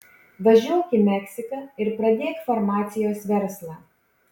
važiuok į meksiką ir pradėk farmacijos verslą